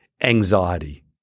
anxiety